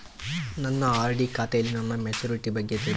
ನನ್ನ ಆರ್.ಡಿ ಖಾತೆಯಲ್ಲಿ ನನ್ನ ಮೆಚುರಿಟಿ ಬಗ್ಗೆ ತಿಳಿಬೇಕ್ರಿ